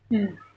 mm